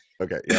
okay